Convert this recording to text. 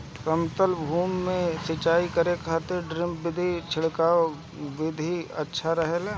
समतल भूमि में सिंचाई करे खातिर ड्रिप विधि या छिड़काव विधि अच्छा रहेला?